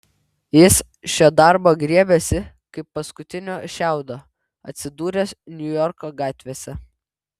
jis šio darbo griebėsi kaip paskutinio šiaudo atsidūręs niujorko gatvėse